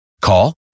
Call